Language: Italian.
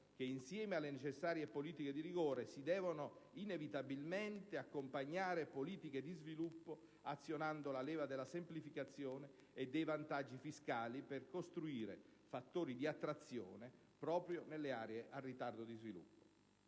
che alle necessarie politiche di rigore si devono inevitabilmente accompagnare politiche di sviluppo azionando le leve della semplificazione e dei vantaggi fiscali per costruire fattori di attrazione proprio nelle aree a ritardo di sviluppo.